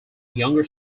younger